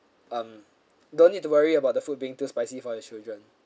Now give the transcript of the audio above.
um don't need to worry about the food being too spicy for your children